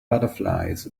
butterflies